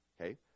okay